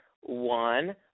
One